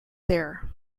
there